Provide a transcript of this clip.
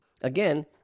Again